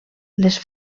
les